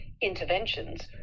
interventions